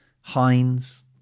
Heinz